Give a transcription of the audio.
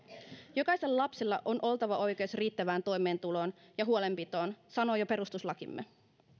jokaisella lapsella on oltava oikeus riittävään toimeentuloon ja huolenpitoon sanoo jo perustuslakimme